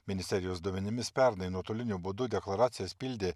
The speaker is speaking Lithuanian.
ministerijos duomenimis pernai nuotoliniu būdu deklaracijas pildė